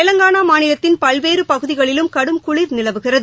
தெலங்கானாமாநிலத்தின் பல்வேறுபகுதிகளிலும் கடும் குளிர் நிலவுகிறது